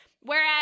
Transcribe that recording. Whereas